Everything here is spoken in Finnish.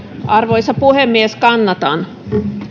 arvoisa puhemies kannatan